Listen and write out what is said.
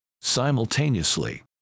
Simultaneously